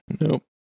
nope